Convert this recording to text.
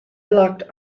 locked